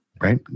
Right